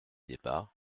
débats